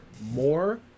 more